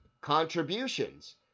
contributions